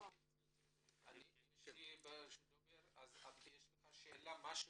יש לך מה להוסיף?